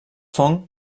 fong